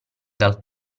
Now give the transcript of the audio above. dal